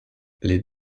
les